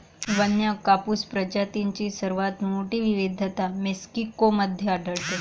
वन्य कापूस प्रजातींची सर्वात मोठी विविधता मेक्सिको मध्ये आढळते